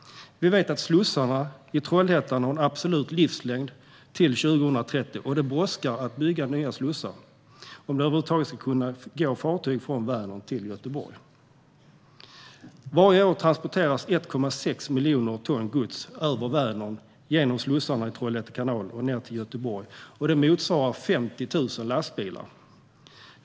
Vi vet att slussarna i Trollhättan har en absolut livslängd till 2030, och det brådskar att bygga nya slussar om det över huvud taget ska kunna gå fartyg från Vänern till Göteborg. Varje år transporteras 1,6 miljoner ton gods över Vänern genom slussarna i Trollhätte kanal och ned till Göteborg. Det motsvarar 50 000 lastbilar.